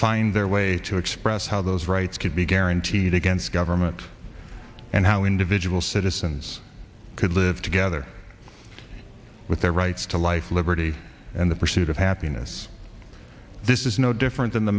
find their way to express how those rights could be guaranteed against government and how individual citizens could live together with their rights to life liberty and the pursuit of happiness this is no different than the